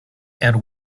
and